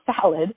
salad